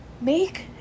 make